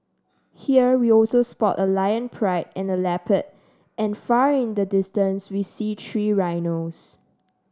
here we also spot a lion pride and a leopard and far in the distance we see three rhinos